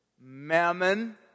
Mammon